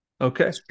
Okay